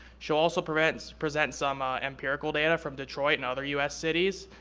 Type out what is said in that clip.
she'll also present present some ah empirical data from detroit and other u s. cities,